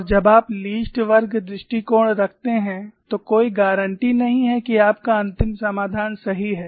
और जब आप लीस्ट वर्ग दृष्टिकोण रखते हैं तो कोई गारंटी नहीं है कि आपका अंतिम समाधान सही है